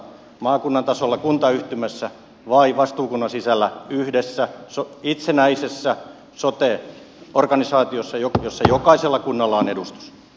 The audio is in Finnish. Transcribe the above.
maakunnan tasolla kuntayhtymässä vai vastuukunnan sisällä yhdessä itsenäisessä sote organisaatiossa jossa jokaisella kunnalla on edustus